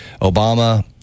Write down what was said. Obama